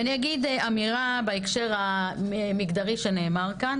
ואני אגיד אמירה בהקשר המגדרי שנאמרה כאן